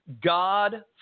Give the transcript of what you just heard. God